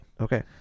Okay